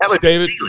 David